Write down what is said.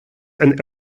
and